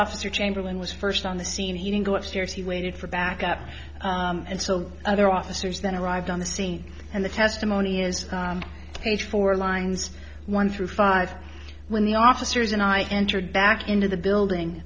officer chamberlain was first on the scene he didn't go upstairs he waited for backup and so other officers then arrived on the scene and the testimony is on page four lines one through five when the officers and i entered back into the building